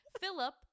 Philip